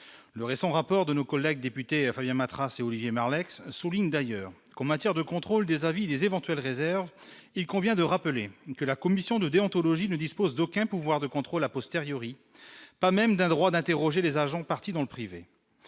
le récent rapport de nos collègues députés Fabien Matras, c'est Olivier Marlex souligne d'ailleurs comme matière de contrôle des avis des éventuelles réserves, il convient de rappeler que la commission de déontologie ne dispose d'aucun pouvoir de contrôle a posteriori pas même d'un droit d'interroger les agents partis dans le privé,